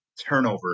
turnover